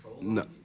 No